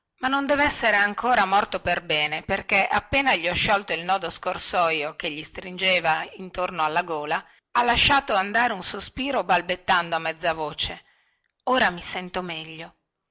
ma non devessere ancora morto perbene perché appena gli ho sciolto il nodo scorsoio che lo stringeva intorno alla gola ha lasciato andare un sospiro balbettando a mezza voce ora mi sento meglio